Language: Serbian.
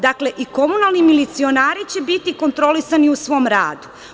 Dakle, i komunalni milicionari će biti kontrolisani u svom radu.